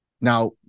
Now